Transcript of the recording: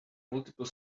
multiple